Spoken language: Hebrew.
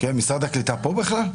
משרד הקליטה פה בכלל?